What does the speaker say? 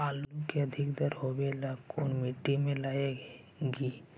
आलू के अधिक दर होवे ला कोन मट्टी में लगीईऐ?